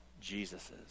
Jesus's